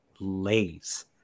lays